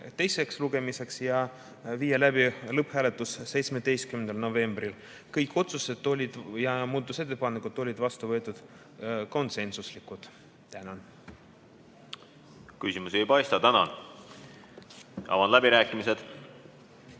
teiseks lugemiseks ja viia läbi lõpphääletus 17. novembril. Kõik otsused ja muudatusettepanekud olid vastu võetud konsensuslikult. Küsimusi ei paista. Tänan! Avan läbirääkimised.